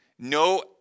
No